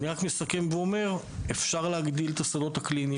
אני רק מסכם ואומר: אפשר להגדיל את השדות הקליניים